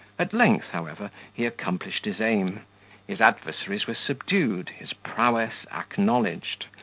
at length, however, he accomplished his aim his adversaries were subdued, his prowess acknowledged,